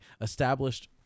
established